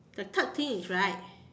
the third thing is right